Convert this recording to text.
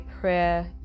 prayer